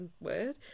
word